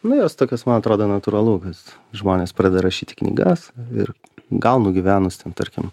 nu jos tokios man atrodo natūralu kad žmonės pradeda rašyti knygas ir gal nugyvenus ten tarkim